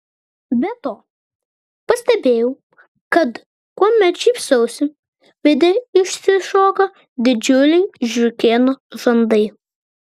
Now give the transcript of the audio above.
be to pastebėjau kad kuomet šypsausi veide išsišoka didžiuliai žiurkėno žandai